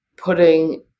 putting